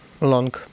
long